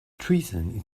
treason